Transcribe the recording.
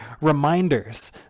reminders